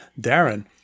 Darren